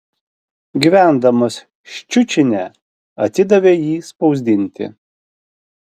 gyvendamas ščiučine atidavė jį spausdinti